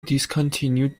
discontinued